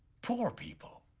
poor people.